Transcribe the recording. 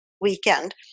weekend